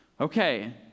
okay